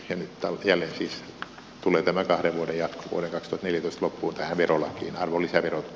nyt jälleen siis tulee tämä kahden vuoden ja puolentoista tilitys loppu jää viron arvonlisävero